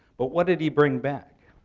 but what did he bring back?